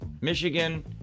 Michigan